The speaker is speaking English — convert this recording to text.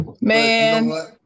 man